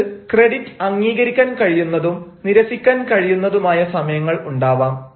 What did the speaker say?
നിങ്ങൾക്ക് ക്രെഡിറ്റ് അംഗീകരിക്കാൻ കഴിയുന്നതും നിരസിക്കാൻ കഴിയുന്നതുമായ സമയങ്ങൾ ഉണ്ടാവാം